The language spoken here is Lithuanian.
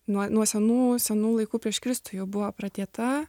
nuo nuo senų senų laikų prieš kristų jau buvo pradėta